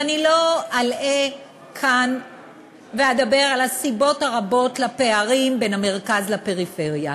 ואני לא אלאה כאן ואדבר על הסיבות הרבות לפערים בין המרכז לפריפריה.